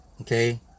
Okay